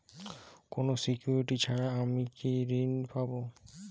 কোনো সিকুরিটি ছাড়া কি আমি ঋণ পাবো?